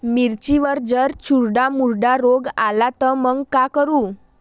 मिर्चीवर जर चुर्डा मुर्डा रोग आला त मंग का करू?